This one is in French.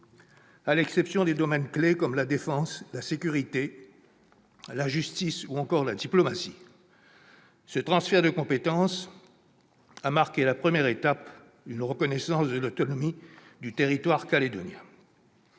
exception de domaines clés comme la défense, la sécurité, la justice, ou encore la diplomatie, ce transfert de compétences a marqué la première étape d'une reconnaissance de l'autonomie du territoire calédonien.